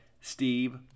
Steve